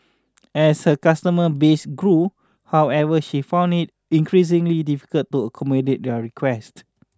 as her customer base grew however she found it increasingly difficult to accommodate their requests